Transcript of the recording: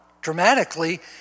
dramatically